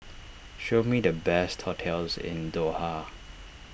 show me the best hotels in Doha